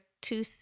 two